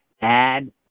add